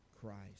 Christ